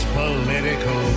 political